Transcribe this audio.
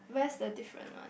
where's the different one